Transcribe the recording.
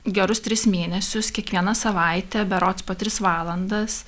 gerus tris mėnesius kiekvieną savaitę berods po tris valandas